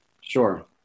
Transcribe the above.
Sure